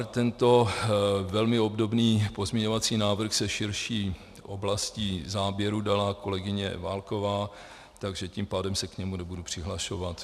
Tento velmi obdobný pozměňovací návrh se širší oblastí záběru dala kolegyně Válková, takže tím pádem se k němu nebudu přihlašovat.